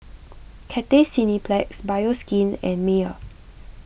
Cathay Cineplex Bioskin and Mayer